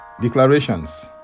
Declarations